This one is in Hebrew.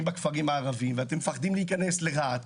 בכפרים הערביים ואתם מפחדים להיכנס לרהט.